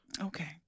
Okay